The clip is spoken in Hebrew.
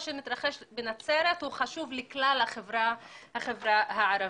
שמתרחש בנצרת הוא חשוב לכלל החברה הערבית.